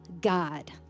God